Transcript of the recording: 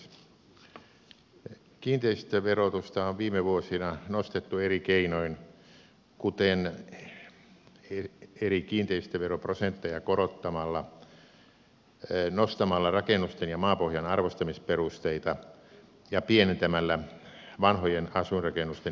kiinteistöverotusta on viime vuosina nostettu eri keinoin kuten eri kiinteistöveroprosentteja korottamalla nostamalla rakennusten ja maapohjan arvostamisperusteita ja pienentämällä vanhojen asuinrakennusten ikäalennuksia